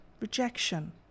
rejection